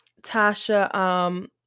Tasha